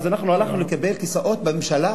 אז הלכנו לקבל כיסאות בממשלה.